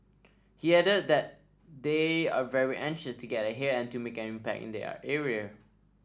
he added that they are very anxious to get ahead and to make an impact in their area